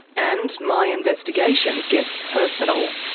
and my investigation gets personal,